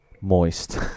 Moist